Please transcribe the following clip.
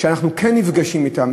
ואנחנו כן נפגשים אתם,